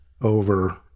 over